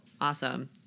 Awesome